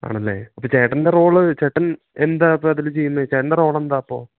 ആണല്ലേ അപ്പോള് ചേട്ടൻ്റെ റോള് ചേട്ടൻ എന്താണിപ്പോള് അതില് ചെയ്യുന്നത് ചേട്ടൻ്റെ റോളെന്താണ് അപ്പോള്